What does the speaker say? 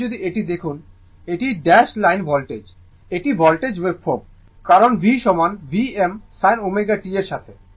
এখন যদি এটি দেখুন এটি ড্যাশ লাইন ভোল্টেজ এটি ভোল্টেজ ওয়েভফর্ম কারণ V সমান Vm sin ω t এর সাথে